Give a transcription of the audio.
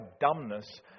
dumbness